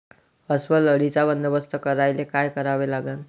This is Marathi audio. अस्वल अळीचा बंदोबस्त करायले काय करावे लागन?